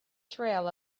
trail